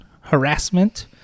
harassment